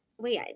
wait